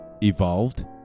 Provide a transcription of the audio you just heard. evolved